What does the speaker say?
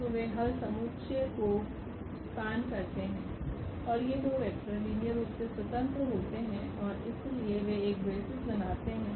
तो वे हल समुच्चय को स्पान करते हैं और ये दो वेक्टर लीनियर रूप से स्वतंत्र होते हैं और इसलिए वे एक बेसिस बनाते हैं